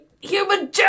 human